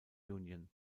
union